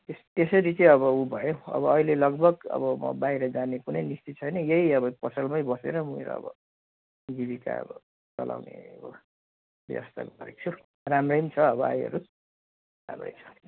यस त्यसरी चाहिँ अब उ भयो अब अहिले लगभग अब म बाहिर जाने कुनै निश्चित छैन यही अब पसलमै बसेर मेरो अब जीविका अब चलाउने अब व्यवास्था गरेको छु राम्रै पनि छ अब आयहरू राम्रै छ